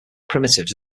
primitives